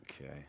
Okay